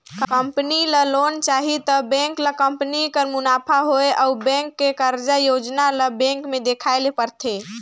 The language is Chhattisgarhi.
कंपनी ल लोन चाही त बेंक ल कंपनी कर मुनाफा होए अउ बेंक के कारज योजना ल बेंक में देखाए ले परथे